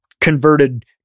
converted